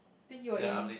then he got in